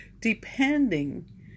depending